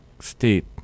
State